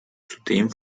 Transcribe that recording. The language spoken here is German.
zudem